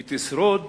היא תשרוד